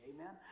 Amen